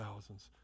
thousands